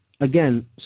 again